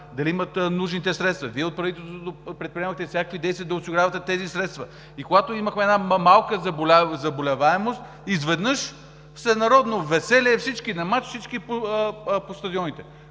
дали имат нужните средства, Вие, от правителството, предприемахте всякакви действия да осигурявате тези средства. И когато имахме една малка заболеваемост, изведнъж – всенародно веселие, всички на мач, всички по стадионите.